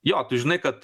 jo tu žinai kad